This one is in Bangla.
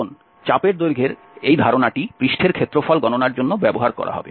কারণ চাপের দৈর্ঘ্যের একই ধারণাটি পৃষ্ঠের ক্ষেত্রফল গণনার জন্য ব্যবহার করা হবে